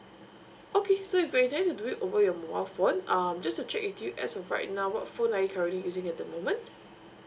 okay so if you're going to do it over your mobile phone um just to check with you as of right now what phone are you currently using at the moment